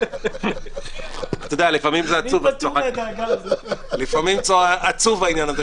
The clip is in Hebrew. אין אכיפה בררנית לבעלי מקצוע.